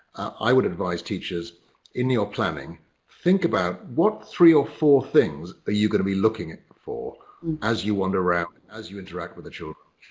i would advice teachers in your planning think about what three or four things are you going to be looking for as you wander around, as you interact with the children,